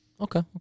Okay